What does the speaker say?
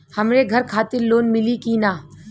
हमरे घर खातिर लोन मिली की ना?